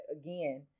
again